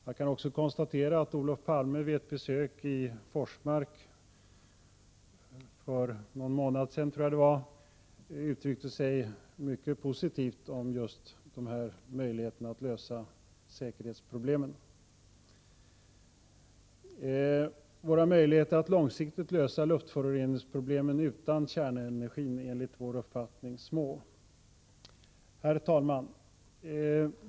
Jag kan konstatera att Olof Palme vid ett besök i Forsmark för någon månad sedan uttryckte sig mycket positivt om dessa möjligheter att lösa säkerhetsproblemen. Våra möjligheter att långsiktigt lösa luftföroreningsproblemen utan kärnenergin är enligt vår uppfattning små. Herr talman!